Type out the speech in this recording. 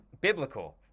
biblical